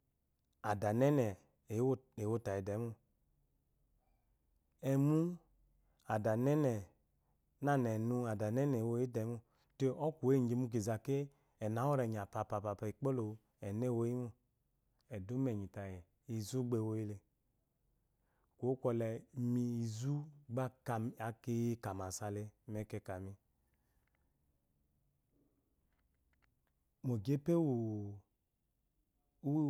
Adenene ew- ew- ewfayi demo emu adanene nana enu adanene emoyidemo te ɔkuwu egyi mu kizo a keyi enu amorenya papapa ekpolowu enu emoyimo eduma enyi tayi uzi gba ewoyile kuwo kwɔle imi iu gba aki kamasale mekekami mogepe wu